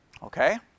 Okay